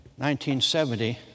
1970